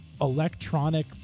electronic